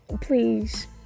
please